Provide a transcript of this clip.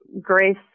grace